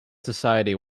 society